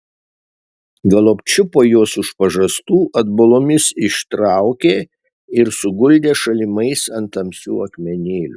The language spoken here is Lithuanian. galop čiupo juos už pažastų atbulomis ištraukė ir suguldė šalimais ant tamsių akmenėlių